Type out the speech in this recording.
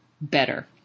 better